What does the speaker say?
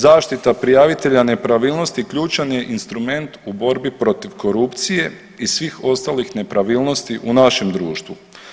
Zaštita prijavitelja nepravilnosti ključan je instrument u borbi protiv korupcije i svih ostalih nepravilnosti u našem društvu.